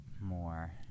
more